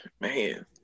man